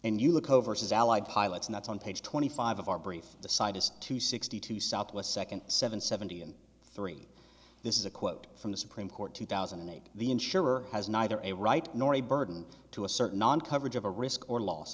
and you look overseas allied pilots and that's on page twenty five of our brief decided to sixty two southwest second seven seventy and three this is a quote from the supreme court two thousand and eight the insurer has neither a right nor a burden to assert non coverage of a risk or loss